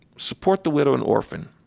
support the widow and orphan,